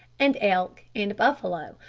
and elk, and buffalo,